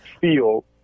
feel